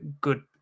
good